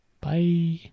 Bye